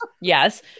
Yes